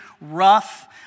rough